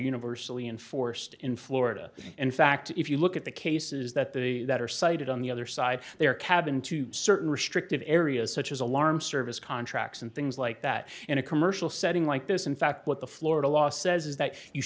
universally enforced in florida in fact if you look at the cases that the that are cited on the other side their cabin to certain restricted areas such as alarm service contracts and things like that in a commercial setting like this in fact what the florida law says is that you